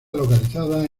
localizada